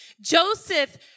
Joseph